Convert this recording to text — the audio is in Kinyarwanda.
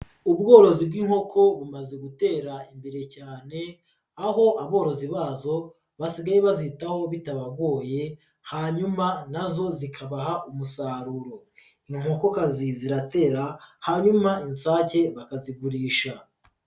Ubworozi bw'inkoko bumaze gutera imbere cyane aho aborozi bazo basigaye bazitaho bitabagoye hanyuma na zo zikabaha umusaruro, inkokokazi ziratera hanyuma insake bakazigurisha.